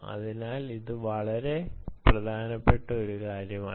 അതിനാൽ ഇത് വളരെ പ്രധാനപ്പെട്ട ഒരു കാര്യമാണ്